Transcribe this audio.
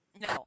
No